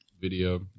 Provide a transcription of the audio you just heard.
video